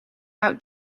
out